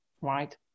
right